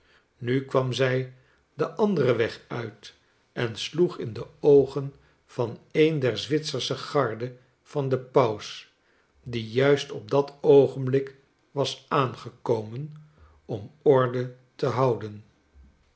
uitgespreidzeil nukwam zij den anderen weg uit en sloeg in de oogen van een der zwitsersche garde van den paus die juist op dat oogenblik was aangekomen om orde te houden